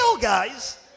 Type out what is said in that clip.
guys